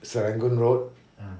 serangoon road